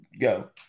go